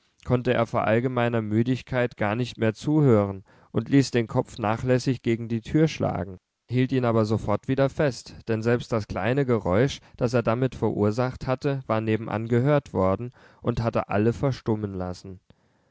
konnte er vor allgemeiner müdigkeit gar nicht mehr zuhören und ließ den kopf nachlässig gegen die tür schlagen hielt ihn aber sofort wieder fest denn selbst das kleine geräusch das er damit verursacht hatte war nebenan gehört worden und hatte alle verstummen lassen